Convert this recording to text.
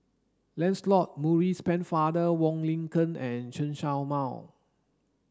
Lancelot Maurice Pennefather Wong Lin Ken and Chen Show Mao